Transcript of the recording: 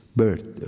birth